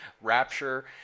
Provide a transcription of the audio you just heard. rapture